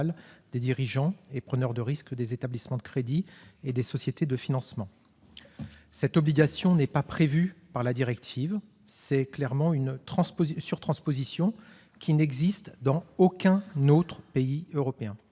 des dirigeants et preneurs de risques des établissements de crédit et des sociétés de financement. Cette obligation, qui n'est pas prévue par la directive, est clairement une surtransposition, et elle n'existe, j'y insiste, dans aucun autre pays européen.